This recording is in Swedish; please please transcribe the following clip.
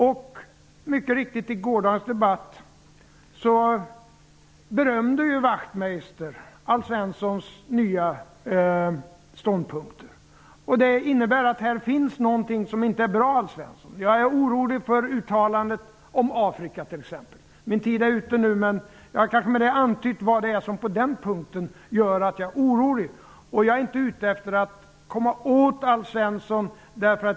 Och mycket riktigt: I gårdagens debatt berömde Det innebär att det här finns någonting som inte är bra, Alf Svensson. Jag är t.ex. orolig med anledning av uttalandet om Afrika. Min taletid är nu ute, men jag har kanske ändå antytt vad som gör att jag på denna punkt är orolig. Jag är inte ute efter att komma åt Alf Svensson.